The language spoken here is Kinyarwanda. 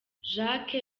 jacques